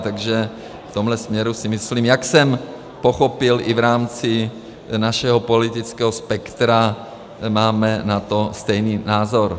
Takže v tomhle směru si myslím, jak jsem pochopil i v rámci našeho politického spektra, že máme na to stejný názor.